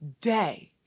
day